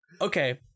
Okay